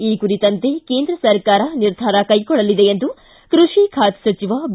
ಈ ಕುರಿತಂತೆ ಕೇಂದ್ರ ಸರ್ಕಾರ ನಿರ್ಧಾರ ಕೈಗೊಳ್ಳಲಿದೆ ಎಂದು ಕೃಷಿ ಖಾತೆ ಸಚಿವ ಬಿ